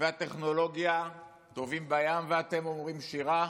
והטכנולוגיה טובעים בים, ואתם אומרים שירה?